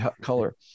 color